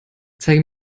zeige